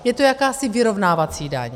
Je to jakási vyrovnávací daň.